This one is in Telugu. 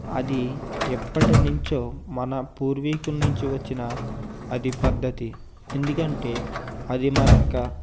అది ఎప్పటి నుంచో మన పూర్వీకుల నుంచి వచ్చిన అది పద్ధతి ఎందుకంటే అది మన యొక్క